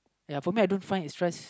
ya for me I don't find it's stress